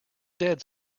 dead